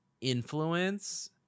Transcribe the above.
influence